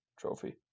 trophy